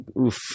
oof